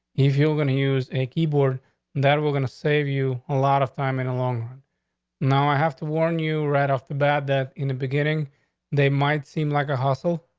if you're going to use a keyboard that we're going to save you a lot of time in a long now i have to warn you right off the bat that in the beginning they might seem like a hustle.